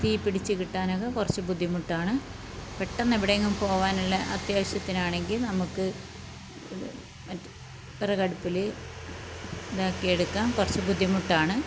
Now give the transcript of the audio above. തീ പിടിച്ച് കിട്ടാനക്കെ കുറച്ച് ബുദ്ധിമുട്ടാണ് പെട്ടെന്ന് എവിടേങ്ങു പോകാനുള്ള അത്യാവശ്യത്തിനാണെങ്കിൽ നമുക്ക് മറ്റെ വിറകടുപ്പിൽ ഇതാക്കി എടുക്കാൻ കുറച്ച് ബുദ്ധിമുട്ടാണ്